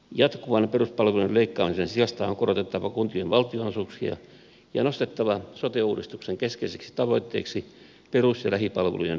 jatkuvan peruspalvelujen leikkaamisen sijasta on korotettava kuntien valtionosuuksia ja nostettava sote uudistuksen keskeiseksi tavoitteeksi perus ja lähipalvelujen turvaaminen